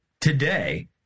today